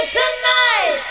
tonight